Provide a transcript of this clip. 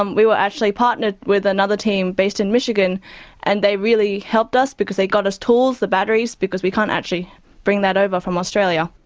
um we were actually partnered with another team based in michigan and they really helped us because they got us tools for batteries, because we can't actually bring that over from australia.